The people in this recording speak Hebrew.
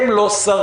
הם לא שרים,